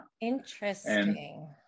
interesting